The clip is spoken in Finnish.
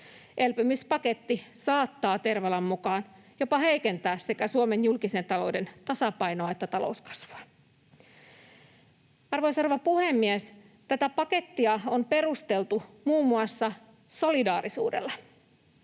Elpymispaketti saattaa Tervalan mukaan jopa heikentää sekä Suomen julkisen talouden tasapainoa että talouskasvua. Arvoisa rouva puhemies! Tätä pakettia on perusteltu muun muassa solidaarisuudella.